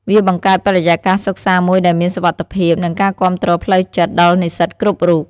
វាបង្កើតបរិយាកាសសិក្សាមួយដែលមានសុវត្ថិភាពនិងការគាំទ្រផ្លូវចិត្តដល់និស្សិតគ្រប់រូប។